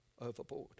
overboard